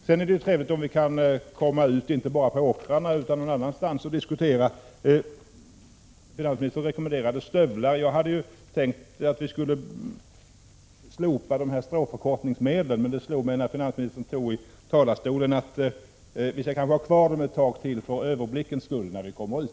Sedan är det ju trevligt om vi kan komma ut inte bara på åkrarna utan också någon annanstans och diskutera. Finansministern rekommenderade stövlar. Jag hade tänkt att vi skulle slopa stråförkortningsmedlen, men det slog mig när finansministern stod i talarstolen att vi kanske skall ha dem kvar ett tag till för överblickens skull när vi kommer ut.